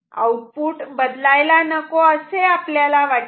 output बदलायला नको असे आपल्याला वाटते